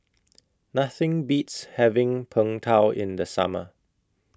Nothing Beats having Png Tao in The Summer